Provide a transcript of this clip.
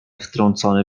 wtrącony